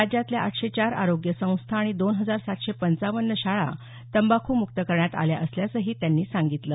राज्यातल्या आठशे चार आरोग्य संस्था आणि दोन हजार सातशे पंचावन्न शाळा तंबाख्रमुक्त करण्यात आल्या असल्याचंही त्यांनी सांगितलं